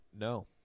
No